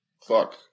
fuck